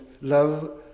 love